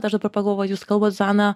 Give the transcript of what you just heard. ar dabar pagalvojau jūs kalbat zuzana